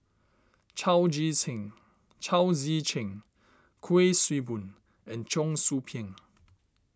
Chao Tzee Cheng Chao Tzee Cheng Kuik Swee Boon and Cheong Soo Pieng